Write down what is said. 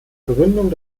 gründung